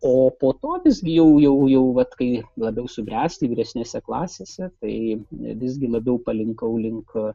o po to visgi jau jau jau vat kai labiau subręsti vyresnėse klasėse tai visgi labiau palinkau link